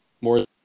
more